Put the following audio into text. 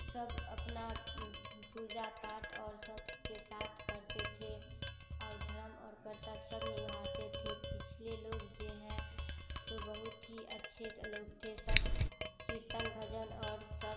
सब अपना पूजा पाठ और सबके साथ करते थे और धरम और कर्तव्य सब निभाते थे पिछले लोग जो हैं सो बहुत ही अच्छे लोग थे सब कीर्तन भजन और सब